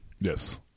Yes